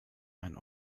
mein